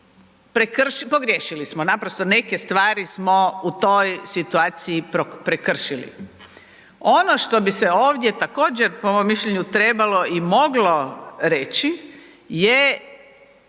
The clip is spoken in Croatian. pogriješili smo, naprosto neke stvari smo u toj situaciji prekršili. Ono što bi se ovdje također po mom mišljenju trebalo i moglo reći je